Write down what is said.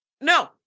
No